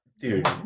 dude